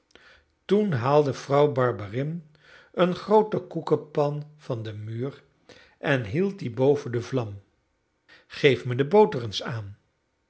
toen haalde vrouw barberin een groote koekepan van den muur en hield dien boven de vlam geef me de boter eens aan